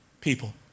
people